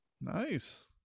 Nice